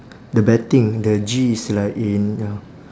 the betting the G is like in ya